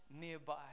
nearby